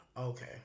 okay